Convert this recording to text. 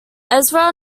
ezra